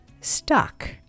stuck